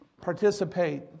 Participate